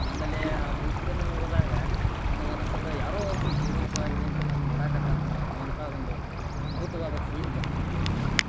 ಆಮೇಲೆ ಆ ಮೂರ್ತಿಯನ್ನ ನೋಡ್ದಾಗ ನನಗೆ ಅನಿಸ್ತದ ಯಾರೋ ಒಬ್ಬರು ಜೀವಂತವಾಗಿ ನಿಂತು ನನ್ನ ನೋಡಾಕತ್ತರೊನೋ ಅನ್ನುವಂಥಾ ಒಂದು ಅದ್ಭುತವಾದ ಫೀಲ್ ಬರ್ತೈತೆ